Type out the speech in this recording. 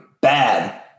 bad